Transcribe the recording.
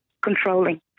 controlling